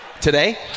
Today